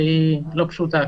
שכידוע לכם היא לא פשוטה.